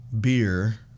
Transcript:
beer